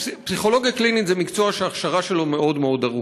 פסיכולוגיה קלינית זה מקצוע שההכשרה שלו מאוד מאוד ארוכה: